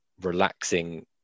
relaxing